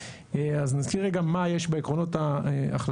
אז נזכיר רגע מה יש בעקרונות ההחלטה.